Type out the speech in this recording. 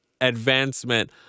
advancement